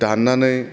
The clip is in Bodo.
दाननानै